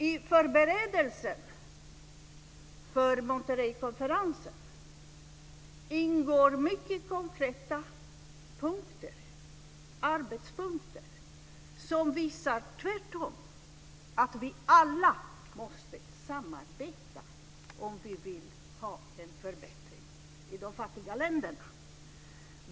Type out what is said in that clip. I förberedelserna för Monterreykonferensen ingår många konkreta arbetspunkter som tvärtom visar att vi alla måste samarbeta om vi vill ha en förbättring i de fattiga länderna.